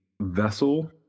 vessel